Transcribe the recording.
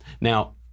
Now